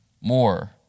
more